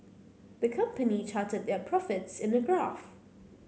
the company charted their profits in a graph